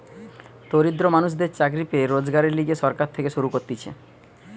দরিদ্র মানুষদের চাকরি পেয়ে রোজগারের লিগে সরকার থেকে শুরু করতিছে